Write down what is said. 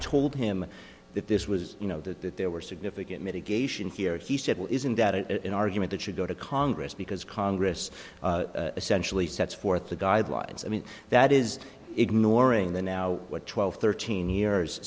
told him that this was you know that there were significant mitigation here he said well isn't that an argument that should go to congress because congress essentially sets forth the guidelines i mean that is ignoring the now what twelve thirteen years